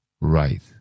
right